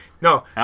No